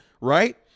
right